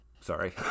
sorry